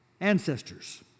ancestors